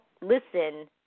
listen